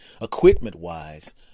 equipment-wise